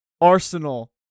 Arsenal